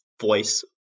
voice